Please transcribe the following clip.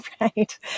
Right